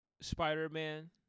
Spider-Man